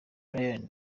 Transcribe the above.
ryan